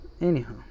Anyhow